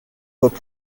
pop